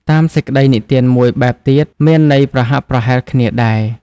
តាមសេចក្ដីនិទានមួយបែបទៀត មានន័យប្រហាក់ប្រហែលគ្នាដែរ។